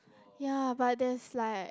ya but there's like